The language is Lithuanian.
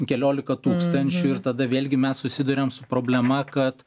keliolika tūkstančių ir tada vėlgi mes susiduriam su problema kad